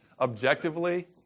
objectively